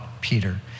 Peter